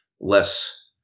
less